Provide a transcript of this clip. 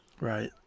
Right